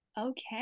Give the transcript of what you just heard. okay